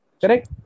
Correct